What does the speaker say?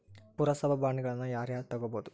ಪುರಸಭಾ ಬಾಂಡ್ಗಳನ್ನ ಯಾರ ಯಾರ ತುಗೊಬೊದು?